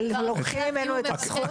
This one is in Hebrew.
אבל לוקחים ממנו את הזכות?